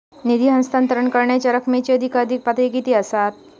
निधी हस्तांतरण करण्यांच्या रकमेची अधिकाधिक पातळी किती असात?